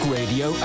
Radio